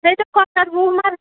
تھٲیتو کۄکَر وُہ مَرٕ